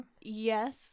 yes